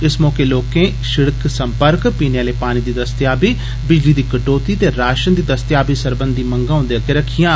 इस मौके पर लोकें सिड़क संपर्क पीने आहले पानी दी दस्तयाबी बिजली कटौती च कमी ते राषन दी दस्तयाबी सरबंधी मंगा उंदे अग्गे रक्खिआं